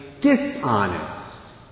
dishonest